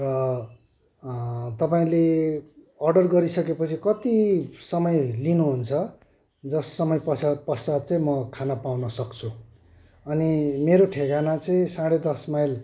र तपाईँले अर्डर गरिसकेपछि कति समय लिनुहुन्छ जस समय पसात पश्चात चाहिँ म खाना पाउन सक्छु अनि मेरो ठेगाना चाहिँ साँढे दस माइल